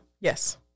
Yes